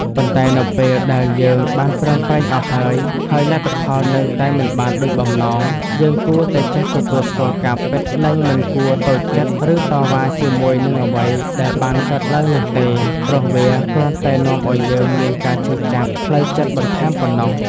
ប៉ុន្តែនៅពេលដែលយើងបានប្រឹងប្រែងអស់ហើយ ហើយលទ្ធផលនៅតែមិនបានដូចបំណង យើងគួរតែចេះទទួលស្គាល់ការពិត និងមិនគួរតូចចិត្ត ឬតវ៉ាជាមួយនឹងអ្វីដែលបានកើតឡើងនោះទេ ព្រោះវាគ្រាន់តែនាំឱ្យយើងមានការឈឺចាប់ផ្លូវចិត្តបន្ថែមប៉ុណ្ណោះ។